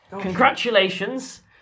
Congratulations